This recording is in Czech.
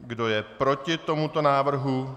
Kdo je proti tomuto návrhu?